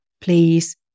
please